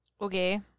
Okay